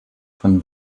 von